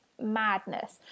madness